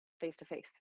face-to-face